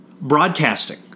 broadcasting